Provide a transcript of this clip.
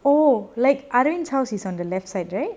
oh like arrange house is on the left side right